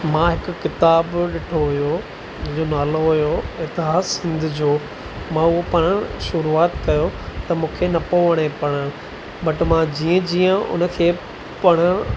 मां हिकु किताबु ॾिठो हुओ हुनजो नालो हुओ इतिहास सिंध जो मां उहो पढ़ण शुरूआत कयो त मूंखे न पोइ वणे पढ़ण बट मां जीअं जीअं हुनखे पढ़ण